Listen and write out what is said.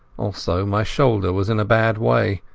also my shoulder was in a bad way.